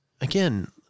again